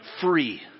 free